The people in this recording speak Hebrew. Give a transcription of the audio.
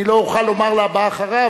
אני לא אוכל לומר לבא אחריו,